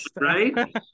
right